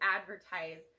advertise